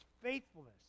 faithfulness